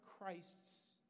Christ's